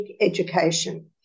education